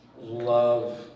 love